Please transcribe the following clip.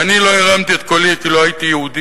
ואני לא הרמתי את קולי, כי לא הייתי יהודי.